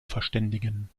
verständigen